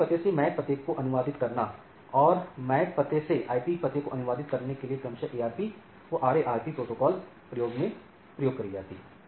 तो IP IP पते से MAC पते को अनुवादित करना और MAC पते से आईपी IP पते को अनुवादित करना के लिए क्रमशः ARP और RARP प्रोटोकॉल प्रयोग करी जाती हैं